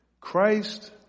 Christ